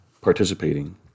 participating